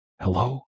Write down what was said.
hello